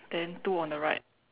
then two on the right